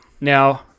now